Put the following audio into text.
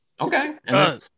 Okay